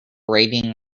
rating